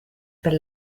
per